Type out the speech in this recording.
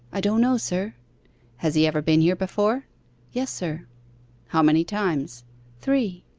i don't know, sir has he ever been here before yes, sir how many times three.